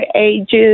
ages